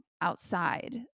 outside